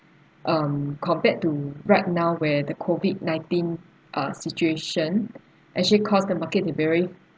um compared to right now where the COVID nineteen uh situation actually caused the market to be very